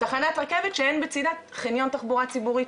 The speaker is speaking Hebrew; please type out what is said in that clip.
תחנת רכבת שאין בצידה חניון תחבורה ציבורית.